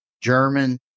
German